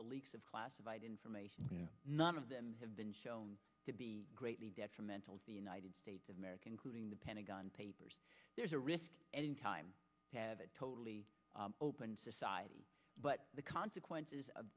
the leaks of classified information none of them have been shown to be greatly detrimental to the united states of america including the pentagon papers there's a risk any time you have a totally open society but the consequences of